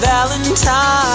Valentine